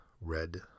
red